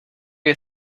you